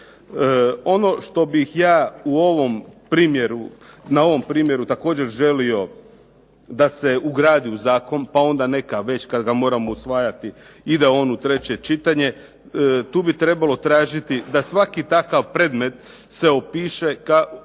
Ono što bih ja na ovom primjeru također želio da se ugradi u zakon pa onda nek već kad ga moramo usvajati ide on u treće čitanje. Tu bi trebalo tražiti da svaki takav predmet se opiše znači